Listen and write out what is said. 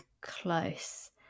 close